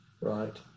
Right